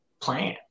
plan